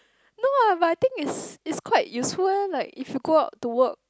no ah but I think is is quite useful eh like if you go out to work